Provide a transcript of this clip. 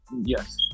yes